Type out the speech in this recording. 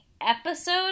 episode